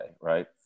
Right